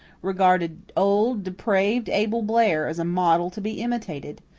regarded old, depraved abel blair as a model to be imitated.